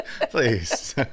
Please